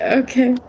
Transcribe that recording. okay